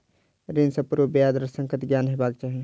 ऋण सॅ पूर्व ब्याज दर संकट के ज्ञान हेबाक चाही